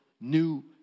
new